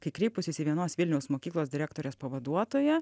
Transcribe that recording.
kai kreipusis į vienos vilniaus mokyklos direktorės pavaduotoją